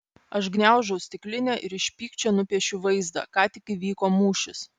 aš gniaužau stiklinę ir iš pykčio nupiešiu vaizdą ką tik įvyko mūšis